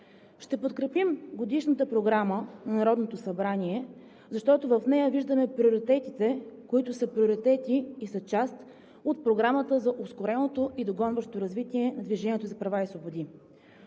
Ще подкрепим Годишната програма на Народното събрание, защото в нея виждаме приоритетите, които са приоритети и са част от Програмата за ускореното и догонващо развитие на „Движението за права и свободи“.